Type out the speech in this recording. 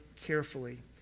carefully